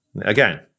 Again